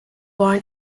born